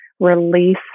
release